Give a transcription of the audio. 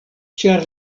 ĉar